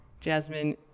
Jasmine